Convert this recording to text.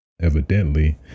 evidently